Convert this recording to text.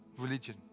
religion